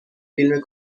فیلم